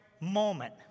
moment